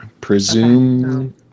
Presume